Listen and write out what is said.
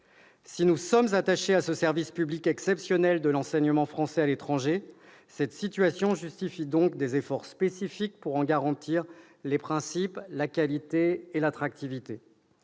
Si nous sommes attachés à ce service public exceptionnel de l'enseignement français à l'étranger, cette situation justifie des efforts spécifiques pour en garantir les principes, la qualité et l'attractivité.